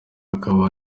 akaba